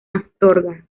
astorga